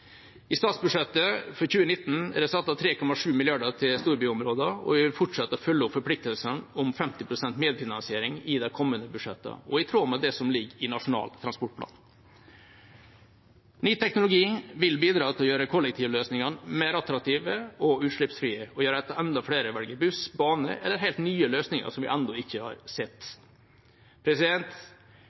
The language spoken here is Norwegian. I statsbudsjettet for 2019 er det satt av 3,7 mrd. kr til storbyområdene, og vi vil fortsette å følge opp forpliktelsene om 50 pst. medfinansiering i de kommende budsjettene – i tråd med det som ligger i Nasjonal transportplan. Ny teknologi vil bidra til å gjøre kollektivløsningene mer attraktive og utslippsfrie og gjøre at enda flere velger buss, bane eller helt nye løsninger som vi ennå ikke har sett.